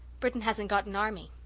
britain hasn't got an army,